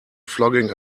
flogging